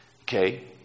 okay